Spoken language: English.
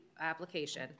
application